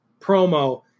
promo